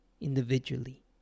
individually